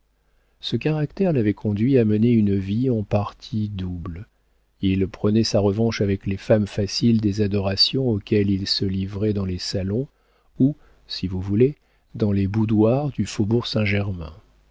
ce caractère l'avait conduit à mener une vie en partie double il prenait sa revanche avec les femmes faciles des adorations auxquelles il se livrait dans les salons ou si vous voulez dans les boudoirs du faubourg saint-germain